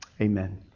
Amen